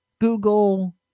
google